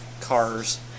cars